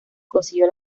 consiguió